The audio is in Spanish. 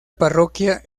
parroquia